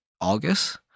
August